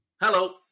Hello